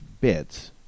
bits